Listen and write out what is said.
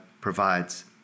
provides